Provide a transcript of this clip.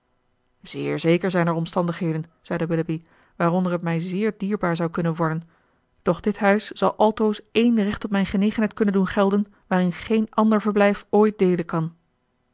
zeer zeker zijn er omstandigheden zeide willoughby waaronder het mij zeer dierbaar zou kunnen worden doch dit huis zal altoos één recht op mijne genegenheid kunnen doen gelden waarin geen ander verblijf ooit deelen kan